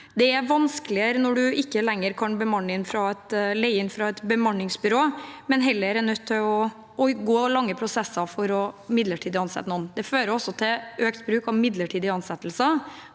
det er vanskeligere når man ikke lenger kan leie inn fra et bemanningsbyrå, men er nødt til å gå lange prosesser for å ansette noen midlertidig. Det fører til økt bruk av midlertidige ansettelser,